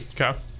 Okay